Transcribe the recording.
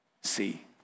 see